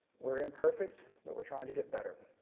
we are imperfect but we are trying to get better.